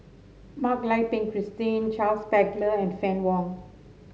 Mak Lai Peng Christine Charles Paglar and Fann Wong